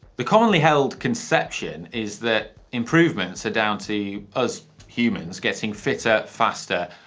the commonly held conception is that improvements are down to us humans getting fitter, faster,